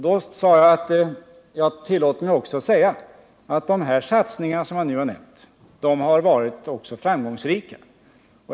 Då sade jag: Jag tillåter mig också att säga att de satsningar som jag nu har nämnt har varit framgångsrika.